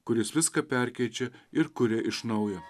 kuris viską perkeičia ir kuria iš naujo